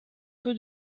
peu